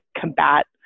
combat